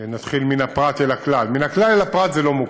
נתחיל מהפרט אל הכלל, מן הכלל אל הפרט זה לא מוכר,